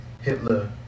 Hitler